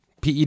PED